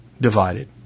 divided